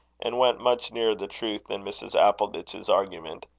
and went much nearer the truth than mrs. appleditch's argument.